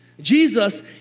Jesus